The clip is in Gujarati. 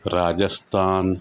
રાજસ્થાન